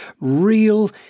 real